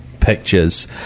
pictures